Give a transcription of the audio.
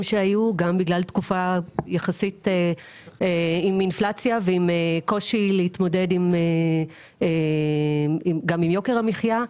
וגם בגלל תקופה יחסית עם אינפלציה ועם קושי להתמודד עם יוקר המחיה.